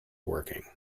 working